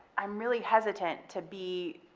i'm really hesitant to be,